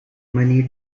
money